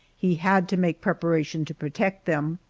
he had to make preparation to protect them.